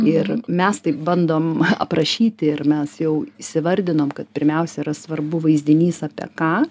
ir mes taip bandom aprašyti ir mes jau įsivardinom kad pirmiausia yra svarbu vaizdinys apie ką